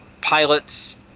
pilots